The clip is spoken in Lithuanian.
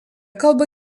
kalba